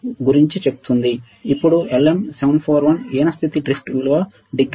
ఇప్పుడు LM741 హీన స్థితి డ్రిఫ్ట్ విలువ డిగ్రీ సెంటీగ్రేడ్కు 15 మైక్రో వోల్ట్లు